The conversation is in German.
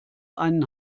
einen